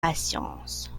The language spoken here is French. patience